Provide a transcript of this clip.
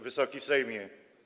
Wysoki Sejmie!